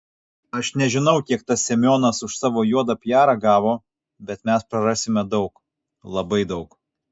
aš nežinau kiek tas semionas už savo juodą piarą gavo bet mes prarasime daug labai daug